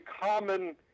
common